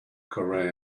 koran